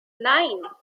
nine